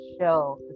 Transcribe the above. show